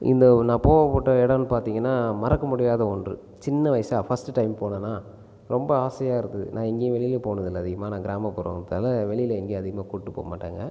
இந்த நான் போகப்பட்ட இடம்ன்னு பார்த்தீங்கன்னா மறக்க முடியாத ஒன்று சின்ன வயசாக ஃபர்ஸ்ட் டைம் போனனா ரொம்ப ஆசையாக இருந்தது நான் எங்கேயும் வெளியில் போனதில்ல அதிகமாக நான் கிராமப்புறம்ன்றதுனால வெளியில் எங்கேயும் அதிகமாக கூட்டிகிட்டு போகமாட்டாங்க